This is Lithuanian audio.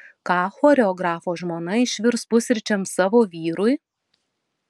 ką choreografo žmona išvirs pusryčiams savo vyrui